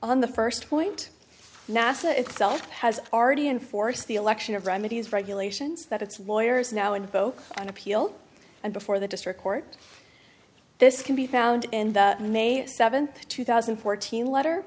on the first point nasa itself has already enforce the election of remedies regulations that its warriors now invoke on appeal and before the district court this can be found and may seventh two thousand and fourteen letter